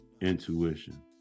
intuition